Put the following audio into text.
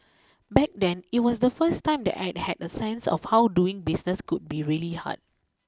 back then it was the first time that I had a sense of how doing business could be really hard